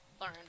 learn